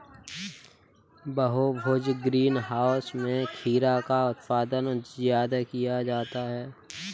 बहुभुज greenhouse में खीरा का उत्पादन ज्यादा किया जाता है